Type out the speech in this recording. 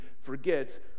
forgets